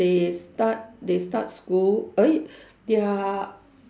they start they start school uh their